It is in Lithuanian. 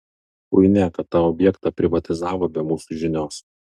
chuinia kad tą objektą privatizavo be mūsų žinios